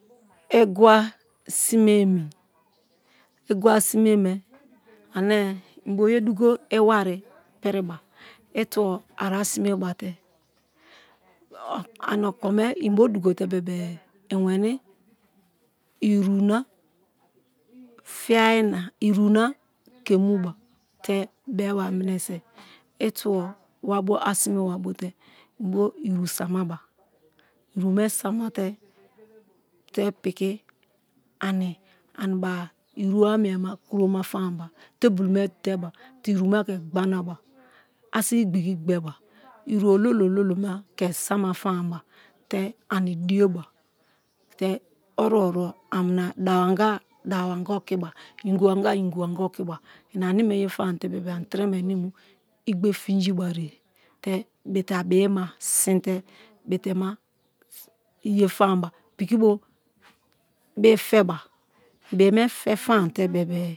igwa sime emi igwa sime me ane i bo ye dugo iwari piriba i tubo ari a sime wate okome i bo dugo te bebe-e i weni iru na fiyai na iru na ke muba te beba mime so i tubo wa bo a sime w bote bo iru samaba iru me samate te piki ani bo iru mema kuro m. Fema ba table me de ba te iru ma ke gbanaba a sibi igbiki gbeba iru olo-olo ma ke sama femabate ani diye ba te oruwo ruwo-nwo dabo anga okiba ingibo anga ingibo anga okiba aneme ye famate-e ani frema ane i mu igbe finjin bariye te bite a bii sinte bite ma fe famaba piki bo bii febe i bii me fe famate bebe-e